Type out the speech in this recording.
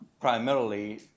primarily